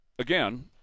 Again